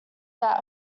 that